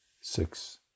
six